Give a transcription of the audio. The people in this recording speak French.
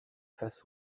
face